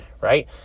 right